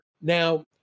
Now